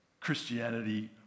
Christianity